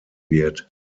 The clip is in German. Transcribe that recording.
wird